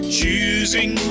choosing